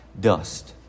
dust